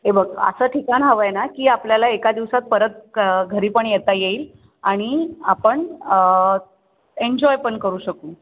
हे बघ असं ठिकाण हवं आहे ना की आपल्याला एका दिवसात परत घरी पण येता येईल आणि आपण एन्जॉय पण करू शकू